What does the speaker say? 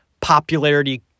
Popularity